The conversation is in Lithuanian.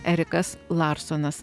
erikas larsonas